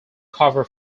cover